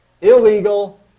illegal